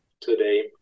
today